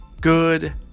good